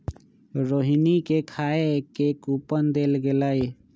रोहिणी के खाए के कूपन देल गेलई